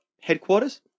headquarters